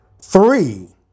Three